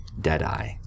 Deadeye